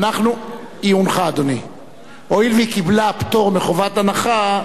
והואיל והיא קיבלה פטור מחובת הנחה,